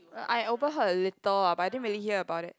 I overheard a little ah but I didn't really hear about it